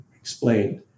explained